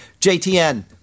JTN